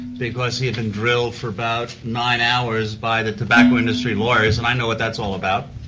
because he'd been drilled for about nine hours by the tobacco industry lawyers, and i know what that's all about.